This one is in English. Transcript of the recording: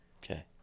Okay